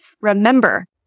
Remember